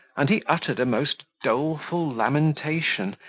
and he uttered a most doleful lamentation,